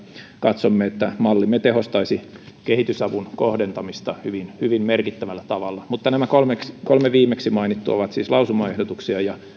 katsomme että mallimme tehostaisi kehitysavun kohdentamista hyvin hyvin merkittävällä tavalla nämä kolme viimeksi mainittua ovat siis lausumaehdotuksia ja